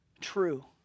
true